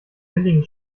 villingen